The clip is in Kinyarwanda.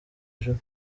ijuru